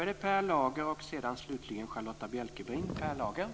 Då ber jag Sten Tolgfors ställa sin följdfråga.